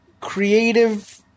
Creative